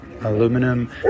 aluminum